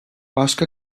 başka